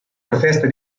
proteste